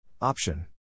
Option